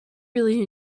really